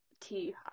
tea